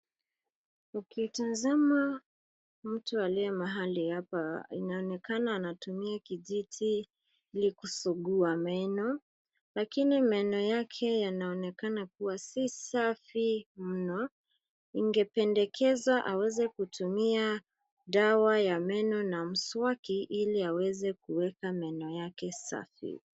Ukitazama mtu aliye mahali hapa inaonekana anatumia kijiti ili kusugua meno lakiini meno yake yanaonekana kuwa si safi mno ingependekeza aweze kutumia dawa ya meno na mswaki ili aweze kuweka meno yake safi.